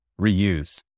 reuse